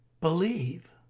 Believe